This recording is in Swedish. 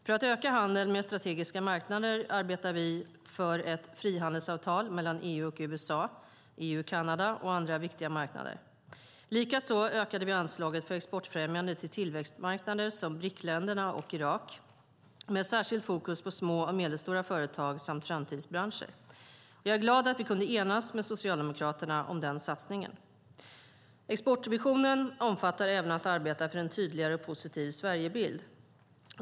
För att öka handeln med strategiska marknader arbetar vi för ett frihandelsavtal mellan EU och USA, EU och Kanada och andra viktiga marknader. Likaså ökade vi anslaget för exportfrämjande till tillväxtmarknader som BRIC-länderna och Irak, med särskilt fokus på små och medelstora företag samt framtidsbranscher. Jag är glad att vi kunde enas med Socialdemokraterna om den satsningen. Exportvisionen omfattar även att arbeta för en tydligare och positiv Sverigebild.